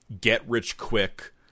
get-rich-quick